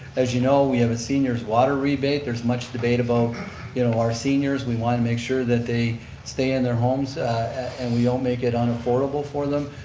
as you know we have a senior's water rebate, there's much debate about you know our seniors. we want to make sure that they stay in their homes and we don't make it unaffordable for them.